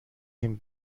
این